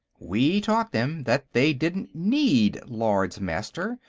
we taught them that they didn't need lords-master,